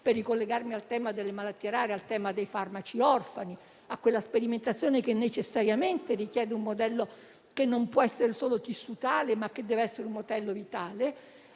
per ricollegarmi al tema delle malattie rare, ai farmaci orfani e alla sperimentazione che necessariamente richiede un modello che non può essere solo tissutale, ma dev'essere vitale: